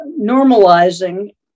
Normalizing